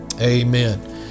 amen